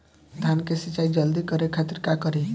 धान के सिंचाई जल्दी करे खातिर का करी?